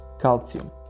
Calcium